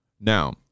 Now